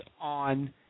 on